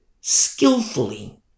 skillfully